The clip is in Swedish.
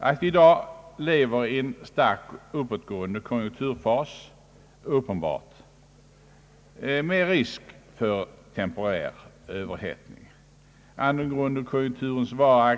Att vi i dag lever i en starkt uppåtgående konjunkturfas är uppenbart, med de risker för temporär överhettning som den kan innebära.